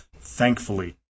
Thankfully